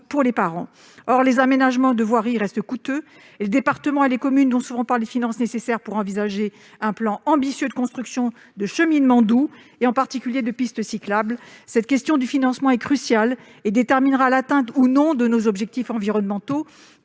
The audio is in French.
pour les parents. Or les aménagements de voirie restent coûteux et les départements, les communes n'ont souvent pas les finances nécessaires pour envisager un plan ambitieux de construction de cheminements doux, en particulier des pistes cyclables. Cette question du financement est cruciale et déterminera l'atteinte ou non de nos objectifs environnementaux.